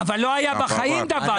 אבל לא היה בחיים דבר כזה.